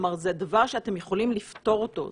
כלומר זה דבר שאתם יכולים לפתור אותו.